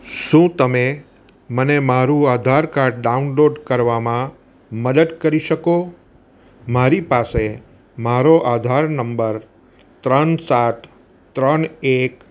શું તમે મને મારું આધાર કાડ ડાઉનલોડ કરવામાં મદદ કરી શકો મારી પાસે મારો આધાર નંબર ત્રણ સાત ત્રણ એક